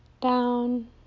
Down